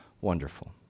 wonderful